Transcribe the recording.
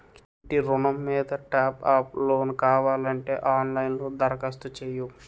ఇంటి ఋణం మీద టాప్ అప్ లోను కావాలంటే ఆన్ లైన్ లో దరఖాస్తు చెయ్యు